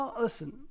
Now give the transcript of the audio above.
listen